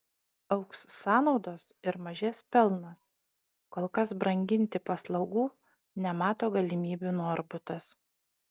augs sąnaudos ir mažės pelnas kol kas branginti paslaugų nemato galimybių norbutas